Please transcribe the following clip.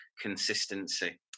consistency